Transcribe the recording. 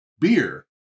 beer